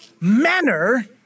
manner